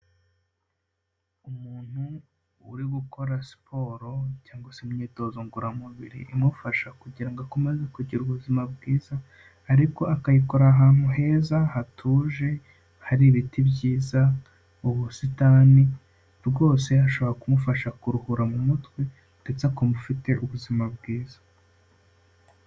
Umuntu uri gukora siporo cyangwa se imyitozo ngororamubiri, imufasha kugira ngo akomeze kugira ubuzima bwiza ariko akayikorera ahantu heza hatuje, hari ibiti byiza mu busitani rwose, ashobora kumufasha kuruhura mu mutwe ndetse akumva ufite ubuzima bwiza.